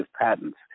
patents